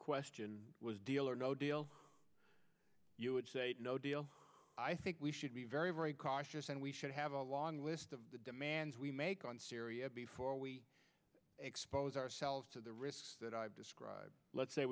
question was deal or no deal you would say no deal i think we should be very very cautious and we should have a long list of demands we make on syria before we expose ourselves to the risks that i've described let's say